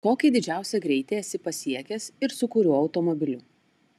kokį didžiausią greitį esi pasiekęs ir su kuriuo automobiliu